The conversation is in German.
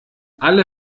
alle